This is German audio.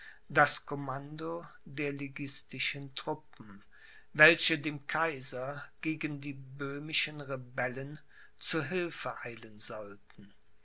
das commando der liguistischen truppen welche dem kaiser gegen die böhmischen rebellen zu hilfe eilen sollten